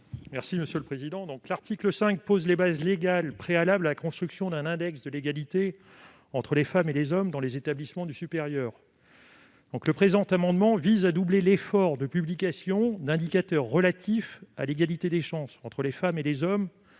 M. Thierry Cozic. L'article 5 pose les bases légales préalables à la construction d'un index de l'égalité entre les femmes et les hommes dans les établissements du supérieur. Le présent amendement vise à doubler l'effort de publication d'indicateurs relatifs à l'égalité des chances entre les femmes et les hommes